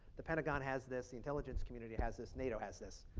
the pentagon has this, the intelligence community has this, nato has this.